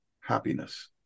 happiness